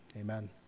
Amen